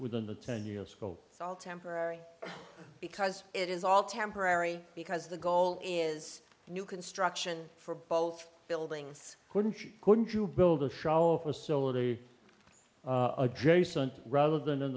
within the ten years will all temporary because it is all temporary because the goal is new construction for both buildings wouldn't you couldn't you build a shower facilities adjacent rather than in